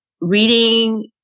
reading